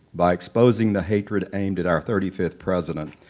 by exposing the hatred aimed at our thirty fifth president,